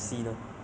好看吗